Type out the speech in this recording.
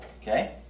Okay